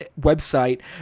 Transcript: website